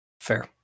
fair